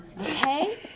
Okay